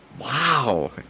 Wow